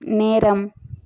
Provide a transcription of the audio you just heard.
நேரம்